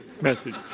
message